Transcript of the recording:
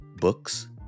books